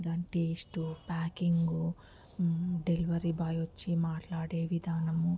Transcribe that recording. దాని taste packing delivery boy వచ్చి మాట్లాడే విధానం